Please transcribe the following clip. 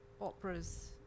operas